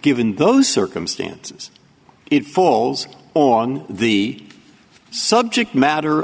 given those circumstances it falls on the subject matter